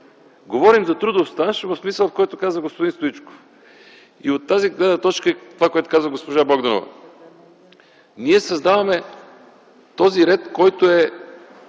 Говорим за трудов стаж по смисъла, който каза господин Стоичков и от тази гледна точка – това, което каза госпожа Богданова. Ние създаваме този ред, който е